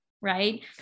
right